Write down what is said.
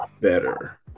better